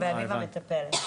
ואביבה מטפלת.